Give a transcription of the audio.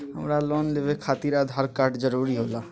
हमरा लोन लेवे खातिर आधार कार्ड जरूरी होला?